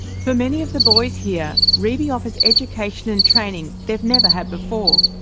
for many of the boys here, reiby offers education and training they've never had before,